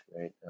right